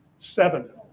Seven